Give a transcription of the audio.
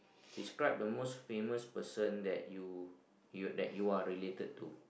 describe the most famous person that you you that you are related to